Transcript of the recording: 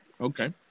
okay